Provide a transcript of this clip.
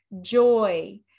joy